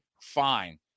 fine